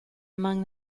among